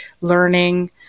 learning